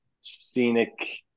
scenic